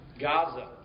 Gaza